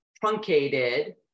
truncated